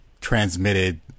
transmitted